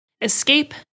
escape